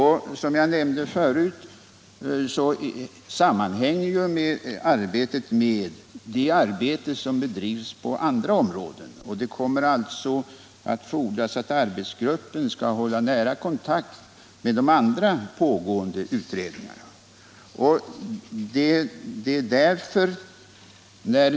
Som jag nämnde förut sammanhänger arbetet med det arbete som bedrivs på andra områden. Det kommer alltså att fordras att arbetsgruppen skall hålla nära kontakt med de andra pågående utredningarna.